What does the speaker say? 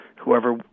whoever